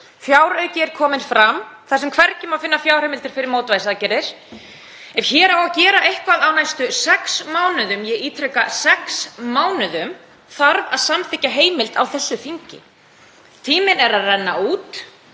Fjárauki er kominn fram þar sem hvergi má finna fjárheimildir fyrir mótvægisaðgerðum. Ef gera á eitthvað á næstu sex mánuðum, ég ítreka sex mánuðum, þarf að samþykkja heimild á þessu þingi. Tíminn er að renna út.